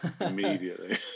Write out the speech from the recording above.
Immediately